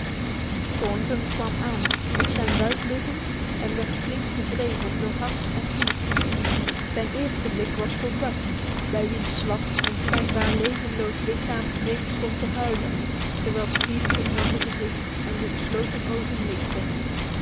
thornton kwam aan op zijn buik liggend en werd flink gewreven door hans en pete zijn eerste blik was voor buck bij wiens slap en schijnbaar levenloos lichaam nig stond te huilen terwijl skeet het natte gezicht en de gesloten ogen likte